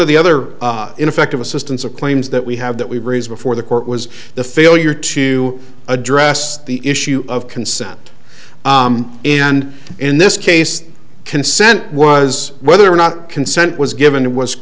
of the other ineffective assistance of claims that we have that we raised before the court was the failure to address the issue of consent and in this case consent was whether or not consent was given